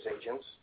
agents